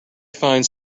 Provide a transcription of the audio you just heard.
find